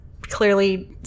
clearly